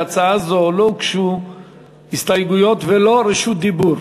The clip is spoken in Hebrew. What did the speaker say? להצעה זו לא הוגשו הסתייגויות ולא בקשות לרשות דיבור.